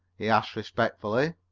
he asked respectfully.